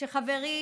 וחברי